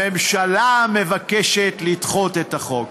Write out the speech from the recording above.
הממשלה מבקשת לדחות את החוק.